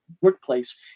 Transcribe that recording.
workplace